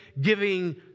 giving